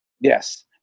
Yes